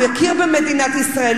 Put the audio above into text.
הוא יכיר במדינת ישראל,